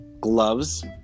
gloves